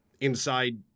inside